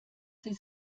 sie